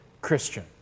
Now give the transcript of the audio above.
Christian